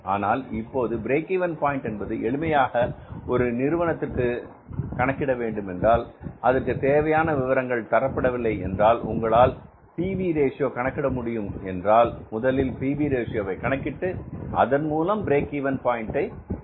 ஆனால் இப்போது break even point என்பது எளிமையாக ஒரு நிறுவனத்திற்கு கணக்கிட வேண்டும் என்றால் அதற்கு தேவையான விவரங்கள் தரப்படவில்லை என்றால் உங்களால் பி வி ரேஷியோ PV Ratioகணக்கிட முடியும் என்றால் முதலில் P V ratio PV Ratio கணக்கிட்டு அதன் மூலம் பிரேக் இவென் பாயின்ட் கண்டுபிடிக்கலாம்